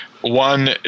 One